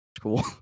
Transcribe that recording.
Cool